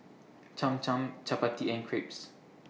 Cham Cham Chapati and Crepes